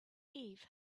eve